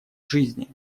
жизни